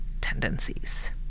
tendencies